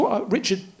Richard